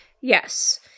Yes